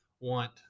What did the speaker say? want